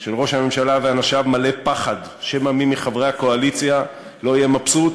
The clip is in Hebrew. של ראש הממשלה ואנשיו מלא פחד שמא מי מחברי הקואליציה לא יהיה מבסוט,